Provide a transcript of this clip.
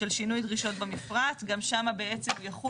של שינוי דרישות במפרט - גם שם יחול